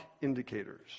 indicators